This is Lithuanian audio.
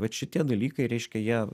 vat šitie dalykai reiškia jie